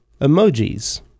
emojis